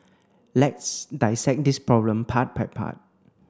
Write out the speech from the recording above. let's dissect this problem part by part